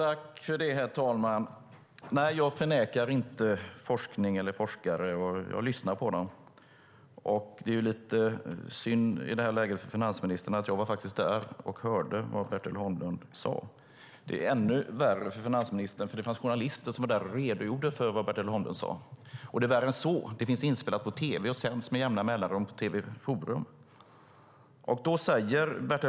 Herr talman! Jag förnekar inte forskning eller forskare. Jag lyssnar på dem. Det är ju lite trist för finansministern att jag var där och hörde vad Bertil Holmlund sade. Det är ännu värre för finansministern; det fanns nämligen journalister där som redogjorde för vad Bertil Holmlund sade. Det är värre än så. Det finns inspelat på tv och sänds med jämna mellanrum på TV Forum .